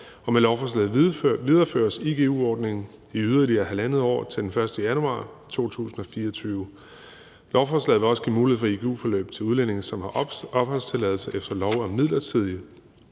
og med lovforslaget videreføres igu-ordningen i yderligere 1½ år til den 1. januar 2024. Lovforslaget vil også give mulighed for igu-forløb til udlændinge, som har opholdstilladelse efter lov om midlertidig